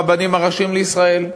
הרבנים הראשיים לישראל?